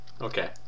Okay